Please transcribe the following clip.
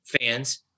fans